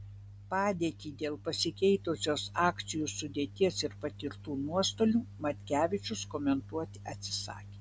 padėtį dėl pasikeitusios akcijų sudėties ir patirtų nuostolių matkevičius komentuoti atsisakė